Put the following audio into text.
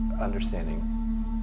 understanding